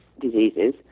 diseases